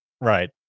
Right